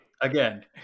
Again